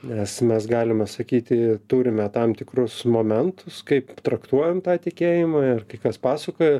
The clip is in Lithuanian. nes mes galime sakyti turime tam tikrus momentus kaip traktuojan tą tikėjimui ar kai kas pasuka